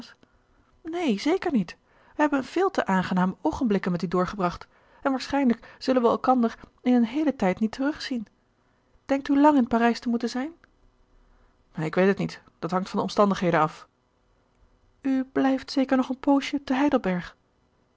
neen zeker niet wij hebben veel te aangename oogenblikken met u doorgebracht en waarschijnlijk zullen we elkander in een heelen tijd niet terug zien denkt u lang in parijs te moeten zijn gerard keller het testament van mevrouw de tonnette ik weet het niet dat hangt van omstandigheden af u blijft zeker nog een poosje te